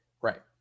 Right